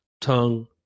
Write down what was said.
tongue